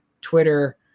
Twitter